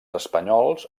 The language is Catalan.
espanyols